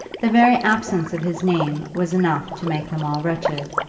the very absence of his name was enough to make them all wretched,